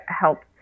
helped